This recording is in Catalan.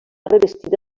revestida